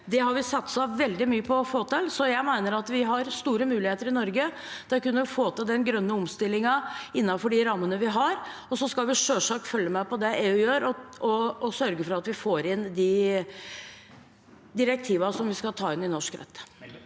Det har vi satset veldig mye på å få til, så jeg mener at vi har store muligheter i Norge til å kunne få til den grønne omstillingen innenfor de rammene vi har. Vi skal selvsagt også følge med på det EU gjør, og sørge for at vi får inn de direktivene som skal inn i norsk rett.